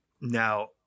Now